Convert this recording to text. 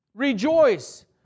Rejoice